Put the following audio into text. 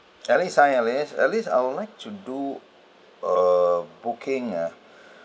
alice hi alice alice I would like to do a booking ah